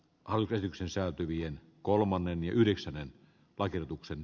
alkytyksen säätyvien kolmonen yhdeksännen paiutuksen